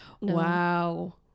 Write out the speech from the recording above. Wow